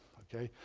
ok.